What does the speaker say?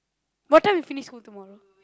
what time we finish school tomorrow